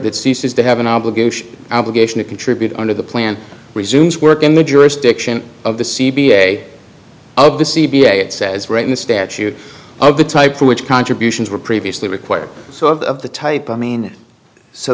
that ceases to have an obligation obligation to contribute under the plan resumes work in the jurisdiction of the c b a of the c b a it says right in the statute are the type to which contributions were previously required so of the type i mean so